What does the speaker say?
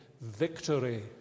victory